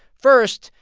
first,